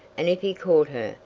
and if he caught her,